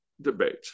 debate